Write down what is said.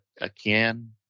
again